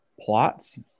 plots